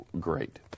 Great